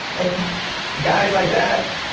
and guys like that,